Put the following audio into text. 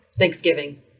Thanksgiving